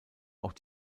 auch